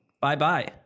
bye-bye